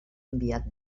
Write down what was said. enviat